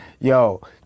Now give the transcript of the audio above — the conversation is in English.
Yo